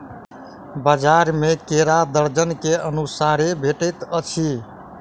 बजार में केरा दर्जन के अनुसारे भेटइत अछि